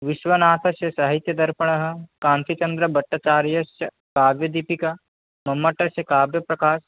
विश्वनाथस्य साहित्यदर्पणः कान्तिचन्द्रभट्टाचार्यस्य काव्यदीपिका मम्मटस्य काव्यप्रकाशः